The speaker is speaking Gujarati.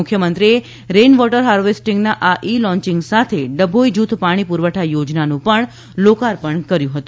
મુખ્યમંત્રીશ્રીએ રેઇન વોટર હાર્વેસ્ટીંગના આ ઇ લોન્યીંગ સાથે ડભોઇ જ્રથ પાણી પ્રરવઠા યોજના લોકાર્પણ કર્યું હતું